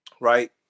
right